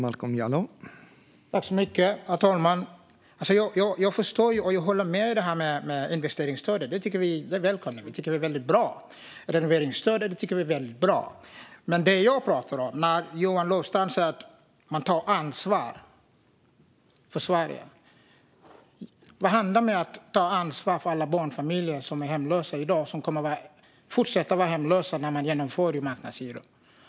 Herr talman! Jag förstår och jag håller med om det här med investeringsstödet. Det välkomnar vi och tycker är väldigt bra. Renoveringsstödet tycker vi också är väldigt bra. Johan Löfstrand säger att man tar ansvar för Sverige. Vad hände med att ta ansvar för alla barnfamiljer som är hemlösa i dag och som kommer att fortsätta att vara hemlösa när man genomför detta med marknadshyror?